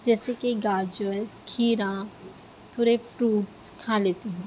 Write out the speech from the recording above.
جیسے کہ گاجر کھیرا تھوڑے فروٹس کھا لیتی ہوں